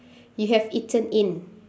you have eaten in